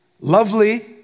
Lovely